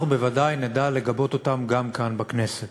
אנחנו ודאי נדע לגבות אותם גם כאן בכנסת.